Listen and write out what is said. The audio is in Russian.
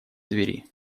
двери